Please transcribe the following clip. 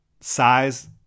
size